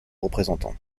représentant